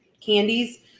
candies